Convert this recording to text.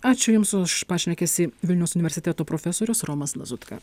ačiū jums už pašnekesį vilniaus universiteto profesorius romas lazutka